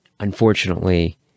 unfortunately